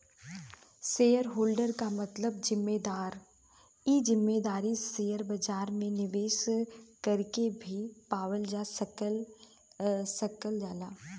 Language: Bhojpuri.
शेयरहोल्डर क मतलब हिस्सेदार इ हिस्सेदारी शेयर बाजार में निवेश कइके भी पावल जा सकल जाला